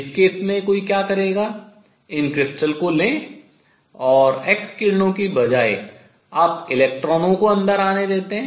इस केस में कोई क्या करेगा इन क्रिस्टल को ले और एक्स किरणों के बजाय आप इलेक्ट्रॉनों को अंदर आने देते हैं